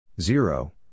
Zero